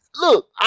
Look